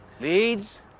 Leads